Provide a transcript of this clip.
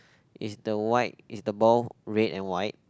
is the white is the ball red and white